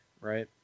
right